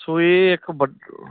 ਸੋ ਇਹ ਇੱਕ